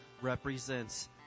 represents